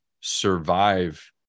survive